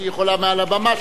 שהיא יכולה מעל הבמה,